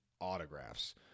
autographs